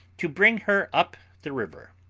to bring her up the river.